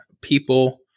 people